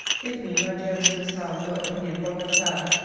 give me, my dearest miss howe, your opinion, what i can,